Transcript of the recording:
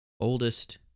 oldest